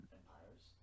empires